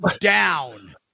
down